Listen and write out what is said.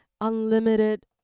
unlimited